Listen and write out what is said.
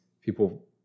people